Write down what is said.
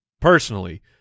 Personally